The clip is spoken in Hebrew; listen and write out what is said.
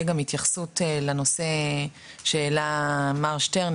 שתהיה גם התייחסות לנושא שהעלה מר שטרן,